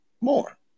more